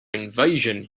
invasion